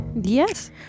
Yes